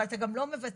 אבל אתה גם לא מבצע,